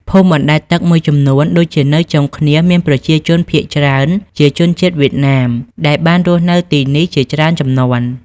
ភូមិបណ្ដែតទឹកមួយចំនួនដូចជានៅចុងឃ្នៀសមានប្រជាជនភាគច្រើនជាជនជាតិវៀតណាមដែលបានរស់នៅទីនេះជាច្រើនជំនាន់។